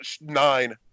nine